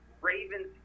Ravens